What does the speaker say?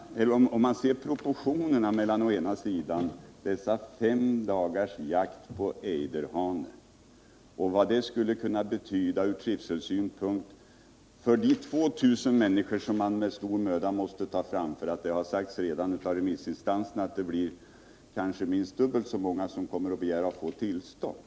Låt oss se på vad femdagarsjakt på ejderhanne skulle betyda ur trivselsynpunkt för de 2000 människor vilkas namn man med stor möda måste ta fram. Remissinstanserna har sagt att det blir kanske minst dubbelt så många som kommer att begära att få tillstånd.